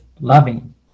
loving